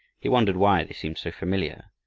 he wondered why they seemed so familiar,